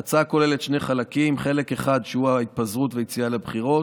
ההצעה כוללת שני חלקים: חלק אחד הוא ההתפזרות ויציאה לבחירות,